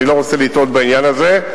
אני לא רוצה לטעות בעניין הזה.